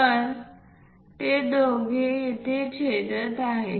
तर ते दोघे येथे छेदत आहेत